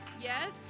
Yes